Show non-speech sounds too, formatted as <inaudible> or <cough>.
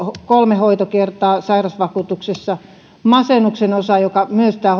kolme hoitokertaa sairasvakuutuksessa masennuksen osalta jota tämä <unintelligible>